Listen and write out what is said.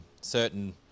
certain